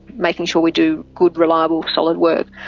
making sure we do good reliable solid work,